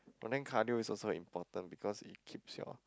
but then cardio is also important because it keeps your